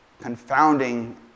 confounding